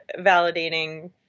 validating